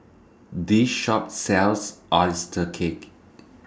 This Shop sells Oyster Cake